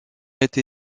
été